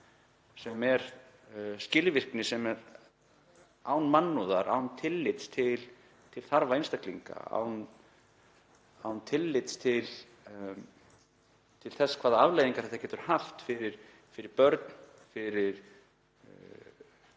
sem er skilvirkni sem er án mannúðar, án tillits til þarfa einstaklinga, án tillits til þess hvaða afleiðingar þetta getur haft fyrir börn og